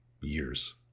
years